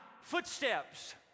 footsteps